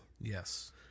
Yes